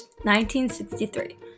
1963